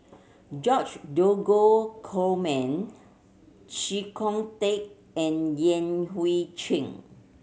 George Dromgold Coleman Chee Kong Tet and Yan Hui Chang